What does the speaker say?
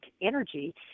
energy